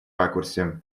ракурсе